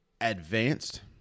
advanced